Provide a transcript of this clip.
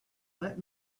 let